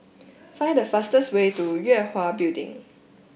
find the fastest way to Yue Hwa Building